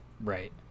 Right